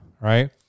right